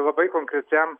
labai konkrečiam